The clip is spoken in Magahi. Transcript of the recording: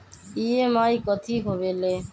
ई.एम.आई कथी होवेले?